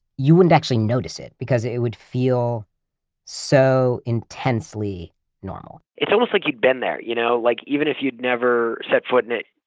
you wouldn't actually notice it, because it it would feel so intensely normal it's almost like you've been there, you know? like even if you'd never set foot in it,